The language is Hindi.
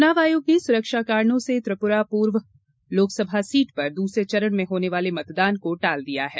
चुनाव आयोग ने सुरक्षा कारणों से त्रिपुरा पूर्व लोकसभा सीट पर दूसरे चरण में होने वाले मतदान को टाल दिया है